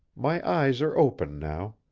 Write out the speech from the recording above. my eyes are open now.